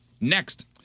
Next